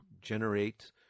generate